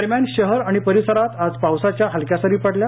दरम्यान शहर आणि परिसरात आज पावसाच्या हलक्या सरी पडल्या